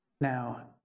Now